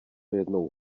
jednou